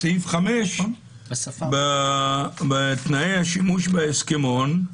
בסעיף 5, בתנאי השימוש בהסכמון: